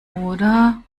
oder